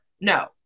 No